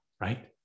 right